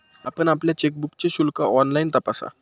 आपण आपल्या चेकबुकचे शुल्क ऑनलाइन तपासा